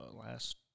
last